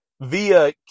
via